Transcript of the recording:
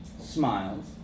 smiles